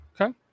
Okay